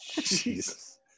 Jesus